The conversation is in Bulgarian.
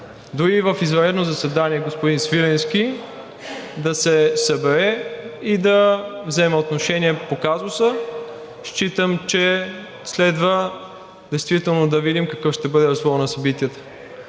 и в извънредно заседание, господин Свиленски, да се събере и да вземе отношение по казуса. Считам, че следва действително да видим какъв ще бъде развоят на събитията.